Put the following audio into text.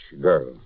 girl